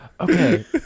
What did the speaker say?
Okay